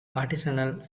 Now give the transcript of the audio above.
artisanal